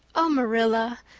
oh, marilla,